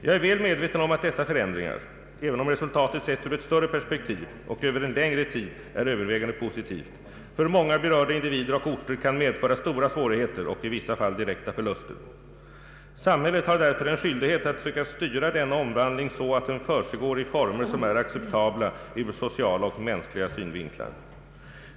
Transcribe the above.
Jag är väl medveten om att dessa förändringar — även om resultatet sett ur ett större perspektiv och över en längre tid är övervägande positivt — för många berörda individer och orter kan medföra stora svårigheter och i vissa fall direkta förluster. Samhället har därför en skyldighet att söka styra denna omvandling så att den försiggår i former som är acceptabla ur sociala och mänskliga synvinklar.